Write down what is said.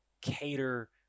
cater